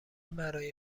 برای